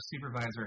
supervisor